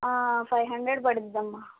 five hundred పడుతుందమ్మా